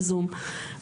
בזום,